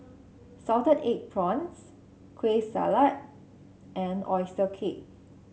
Salted Egg Prawns Kueh Salat and oyster cake